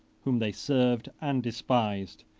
whom they served and despised,